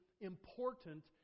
important